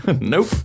Nope